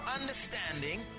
understanding